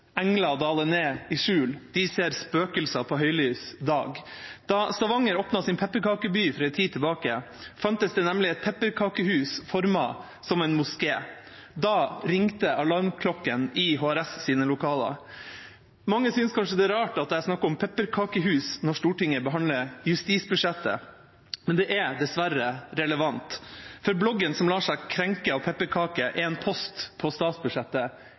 dale ned i skjul – de ser spøkelser ved høylys dag. Da Stavanger åpnet sin pepperkakeby for en tid tilbake, fantes det nemlig et pepperkakehus formet som en moské. Da ringte alarmklokkene i HRS sine lokaler. Mange synes kanskje det er rart at jeg snakker om pepperkakehus når Stortinget behandler justisbudsjettet, men det er dessverre relevant, for bloggen som lar seg krenke av pepperkaker, er en post på statsbudsjettet